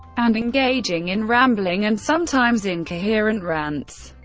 and engaging in rambling and sometimes incoherent rants.